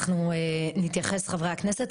אנחנו נתייחס, חברי הכנסת.